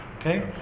Okay